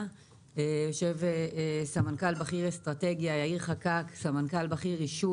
יושב כאן יאיר חקאק, סמנכ"ל בכיר אסטרטגיה,